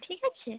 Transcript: ঠিক আছে